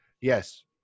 yes